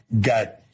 got